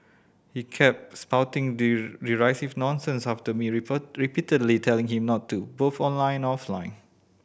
he kept spouting derisive nonsense after me repeatedly telling him not to both online and offline